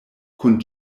kun